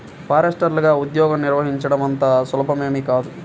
ఫారెస్టర్లగా ఉద్యోగం నిర్వహించడం అంత సులభమేమీ కాదు